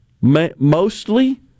mostly